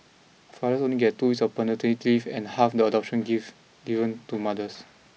fathers only get two weeks of paternity leave and half the adoption give given to mothers